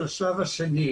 ולשלב השני.